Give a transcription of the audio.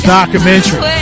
documentary